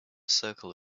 circle